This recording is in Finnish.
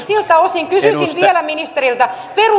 siltä osin kysyisin vielä ministeriltä